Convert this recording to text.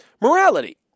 morality